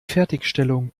fertigstellung